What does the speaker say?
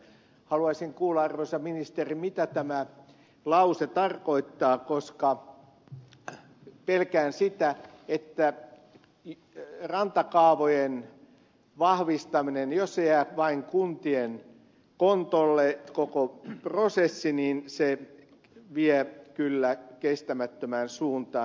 haluaisin kuulla arvoisa ministeri mitä tämä lause tarkoittaa koska pelkään sitä että rantakaavojen vahvistaminen jos se jää vain kuntien kontolle koko prosessi vie kyllä kestämättömään suuntaan